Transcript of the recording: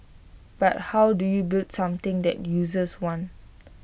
but how do you build something that users want